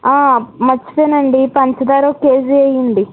మర్చిపోయానండీ పంచదార ఒక కేజీ వేయ్యండి